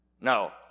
no